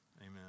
Amen